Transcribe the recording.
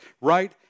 right